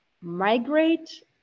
migrate